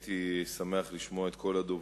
הייתי שמח לשמוע את כל הדוברים,